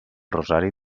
rosari